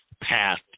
path